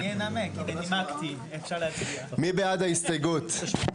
מי בעד ההסתייגות?